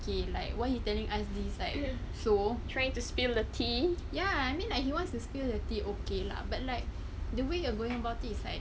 okay like why you telling us these like so ya I mean like he wants to spill the tea okay lah but like the way you going about it is like